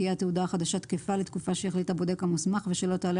תהיה התעודה החדשה תקפה לתקופה שהחליט הבודק המוסמך ושלא תעלה